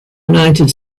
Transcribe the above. united